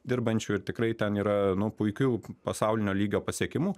dirbančių ir tikrai ten yra nu puikių pasaulinio lygio pasiekimų